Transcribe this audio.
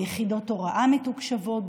ביחידות הוראה מתוקשבות,